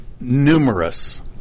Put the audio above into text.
numerous